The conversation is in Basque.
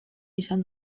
izan